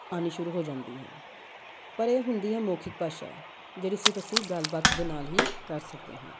ਆਉਣੀ ਸ਼ੁਰੂ ਹੋ ਜਾਂਦੀ ਹੈ ਪਰ ਇਹ ਹੁੰਦੀ ਹੈ ਮੌਖਿਕ ਭਾਸ਼ਾ ਜਿਹੜੀ ਸਿਰਫ ਅਸੀਂ ਗੱਲਬਾਤ ਦੇ ਨਾਲ ਹੀ ਕਰ ਸਕਦੇ ਹਾਂ